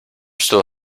still